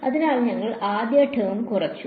അതിനാൽ ഞങ്ങൾ ഈ ആദ്യ ടേം കുറച്ചു